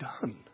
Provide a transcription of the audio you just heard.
done